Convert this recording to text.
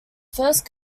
first